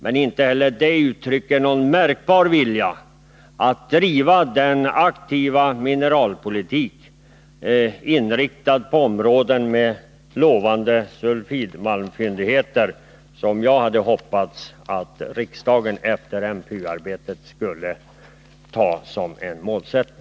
Men inte heller det uttrycker någon märkbar vilja att driva den aktiva mineralpolitik, inriktad på områden med lovande sulfidmalmsfyndigheter, som jag hade hoppats att riksdagen efter mineralpolitiska utredningens arbete skulle ta som målsättning.